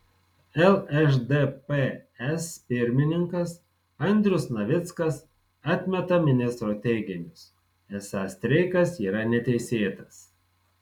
lšdps pirmininkas andrius navickas atmeta ministro teiginius esą streikas yra neteisėtas